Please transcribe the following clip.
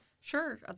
Sure